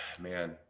Man